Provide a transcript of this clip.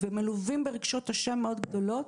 ומלווים ברגשות אשם מאוד גדולים.